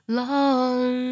long